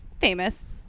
famous